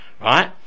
right